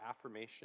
affirmation